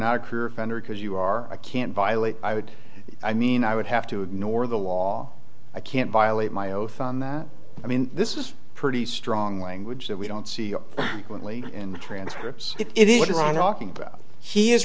ender because you are i can't violate i would i mean i would have to ignore the law i can't violate my oath on that i mean this is pretty strong language that we don't see